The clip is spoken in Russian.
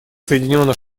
соединенных